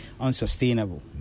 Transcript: unsustainable